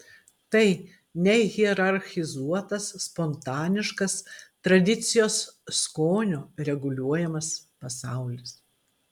tai nehierarchizuotas spontaniškas tradicijos skonio reguliuojamas pasaulis